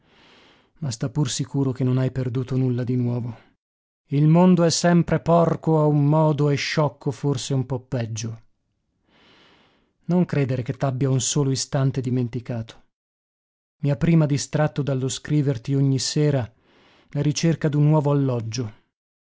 ma sta pur sicuro che non hai perduto nulla di nuovo il mondo è sempre porco a un modo e sciocco forse un po peggio non credere che t'abbia un solo istante dimenticato i ha prima distratto dallo scriverti ogni sera la ricerca d'un nuovo alloggio